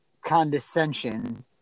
Condescension